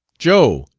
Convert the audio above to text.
joe!